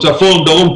צפון ודרום,